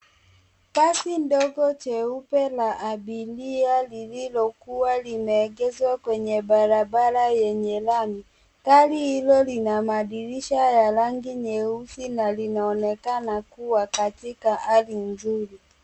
Basi ndogo jeupe la abiria lililokuwa limeegezwa kwenye barabara yenye lami. Gari hilo lina madirisha ya rangi nyeusi na linaonekana kuwa katika hali mzuri.